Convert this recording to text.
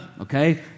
okay